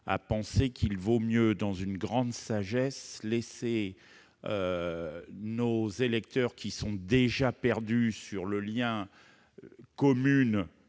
à penser qu'il vaut mieux, dans une grande sagesse laisser nos électeurs qui sont déjà perdus sur le lien commune